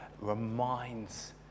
reminds